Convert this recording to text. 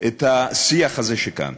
את השיח הזה כאן.